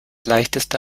leichteste